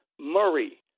Murray